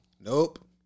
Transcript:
Nope